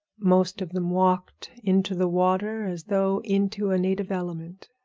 most of them walked into the water as though into a native element.